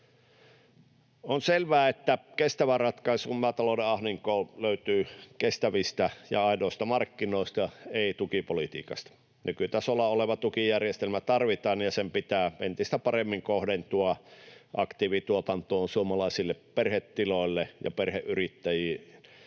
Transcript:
On selvää, että kestävä ratkaisu maatalouden ahdinkoon löytyy kestävistä ja aidoista markkinoista, ei tukipolitiikasta. Nykytasolla oleva tukijärjestelmä tarvitaan, ja sen pitää entistä paremmin kohdentua aktiivituotantoon suomalaisille perhetiloille ja perheyrittäjille.